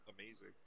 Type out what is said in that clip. amazing